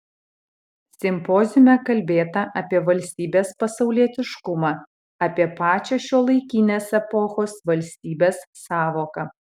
simpoziume kalbėta apie valstybės pasaulietiškumą apie pačią šiuolaikinės epochos valstybės sąvoką